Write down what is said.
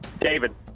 David